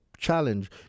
challenge